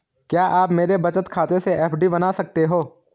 क्या आप मेरे बचत खाते से एफ.डी बना सकते हो?